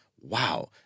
wow